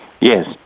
Yes